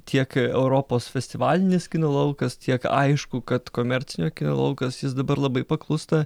tiek europos festivalinis kino laukas tiek aišku kad komercinio kino laukas jis dabar labai paklūsta